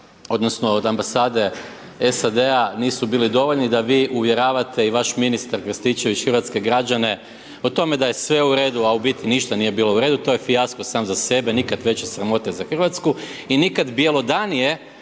odnosno od Ambasade SAD-a nisu bili dovoljni da vi uvjeravate i vaš ministar Krstičević hrvatske građane o tome da je sve u redu, a u biti ništa nije bilo u redu. To je fijasko sam za sebe, nikad veće sramote za Hrvatsku i nikad bjelodanije